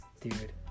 dude